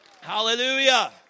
Hallelujah